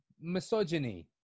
misogyny